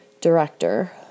director